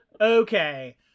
Okay